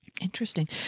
Interesting